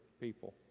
people